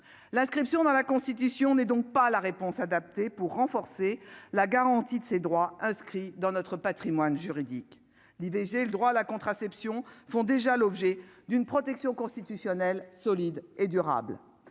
l'inscription dans la Constitution n'est donc pas la réponse adaptée pour renforcer la garantie de ses droits inscrits dans notre Patrimoine juridique, l'IVG, le droit à la contraception, font déjà l'objet d'une protection constitutionnelle solide et durable,